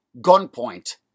gunpoint